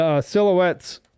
Silhouettes